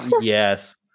Yes